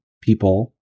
people